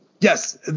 Yes